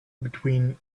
between